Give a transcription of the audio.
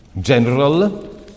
general